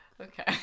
Okay